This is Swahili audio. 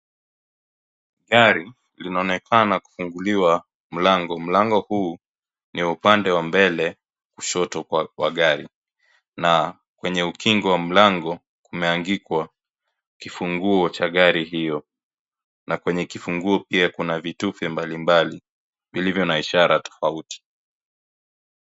Gari, linaonekana kufunguliwa mlango, mlango huu ni upande wa mbele kushoto kwa gari na kwenye ukingo wa mlango kumehangikwa kifunguo cha gari hiyo, na kwenye kifunguo pia kuna vitu vya mbalimbali vilivyo na ishara tofauti.